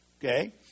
Okay